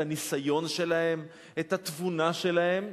את הניסיון שלהם, את התבונה שלהם.